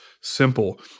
simple